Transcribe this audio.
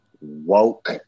woke